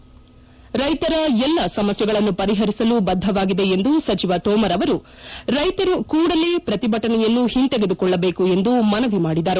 ರ್ಲೆತರ ಎಲ್ಲಾ ಸಮಸ್ಲೆಗಳನ್ನು ಪರಿಹರಿಸಲು ಬದ್ಧವಾಗಿದೆ ಎಂದು ಪುನರುಚ್ಲರಿಸಿದ ಸಚಿವ ತೋಮರ್ ಅವರು ರೈತರು ಕೂಡಲೇ ಪ್ರತಿಭಟನೆಯನ್ನು ಹಿಂತೆಗೆದುಕೊಳ್ಲಬೇಕು ಎಂದು ಮನವಿ ಮಾಡಿದರು